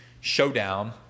showdown